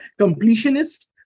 completionist